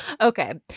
Okay